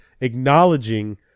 acknowledging